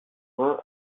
vin